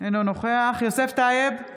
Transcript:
אינו נוכח יוסף טייב,